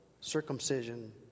circumcision